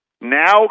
Now